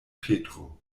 petro